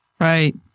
Right